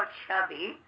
chubby